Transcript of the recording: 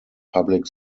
public